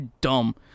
dumb